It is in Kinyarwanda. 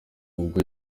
ubwo